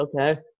okay